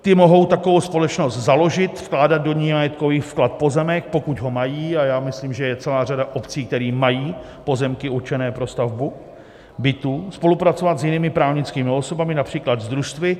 Ty mohou takovou společnost založit, vkládat do ní jako majetkový vklad pozemek, pokud ho mají a já myslím, že je celá řada obcí, které mají pozemky určené pro stavbu bytů, spolupracovat s jinými právnickými osobami, například s družstvy.